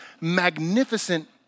magnificent